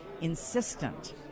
insistent